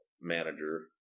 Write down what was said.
manager